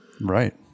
Right